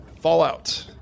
fallout